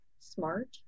smart